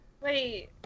Wait